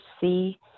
see